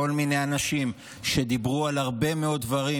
כל מיני אנשים שדיברו על הרבה מאוד דברים,